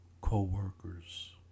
Co-workers